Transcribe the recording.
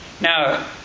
Now